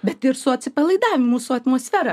bet ir su atsipalaidavimu su atmosfera